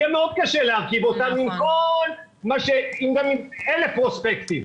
יהיה מאוד קשה להרכיב אותם גם עם אלף פרוספקטים.